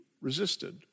resisted